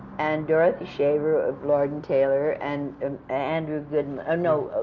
and dorothy shaver of lord and taylor, and and andrew goodman ah no.